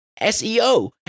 SEO